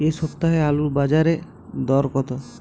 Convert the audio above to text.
এ সপ্তাহে আলুর বাজারে দর কত?